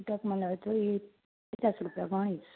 છૂટક મડે તો ઇ પચાસ રૂપિયા પાણી